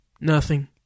Nothing